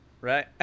right